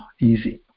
easy